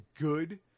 good